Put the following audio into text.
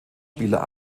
spieler